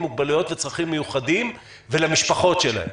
מוגבלויות וצרכים מיוחדים ולמשפחות שלהם?